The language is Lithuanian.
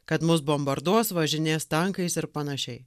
kad mus bombarduos važinės tankais ir panašiai